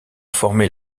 former